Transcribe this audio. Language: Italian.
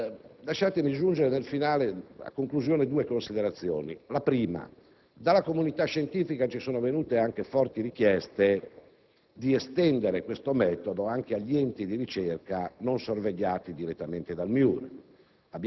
Lasciatemi aggiungere, a conclusione, due considerazioni. Innanzi tutto, dalla comunità scientifica sono pervenute forti richieste di estendere questo metodo anche agli enti di ricerca non sorvegliati direttamente dal